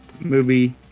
movie